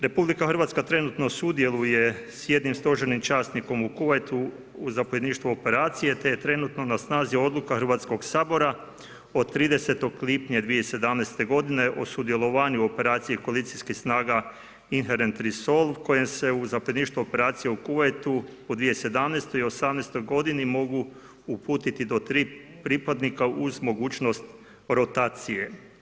RH trenutno sudjeluje s jednim stožernim časnikom u Kuvajtu u zapovjedništvu operacije te je trenutno na snazi odluka Hrvatskog sabora od 30. lipnja 2017. godine o sudjelovanje u operaciji koalicijskih snaga INHERENT RESOLVE kojem se u zapovjedništvo operacije u Kuvajtu u 2017. i '18. mogu uputiti do 3 pripadnika uz mogućnost rotacije.